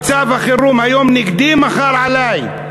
מצב החירום היום נגדי, מחר עלי.